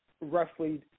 roughly